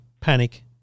panic